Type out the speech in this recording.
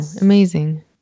amazing